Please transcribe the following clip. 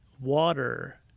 water